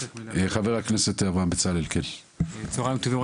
צוהריים טובים.